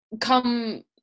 come